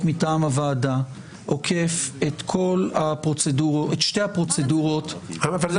מטעם הוועדה עוקף את שתי הפרוצדורות --- אמרת.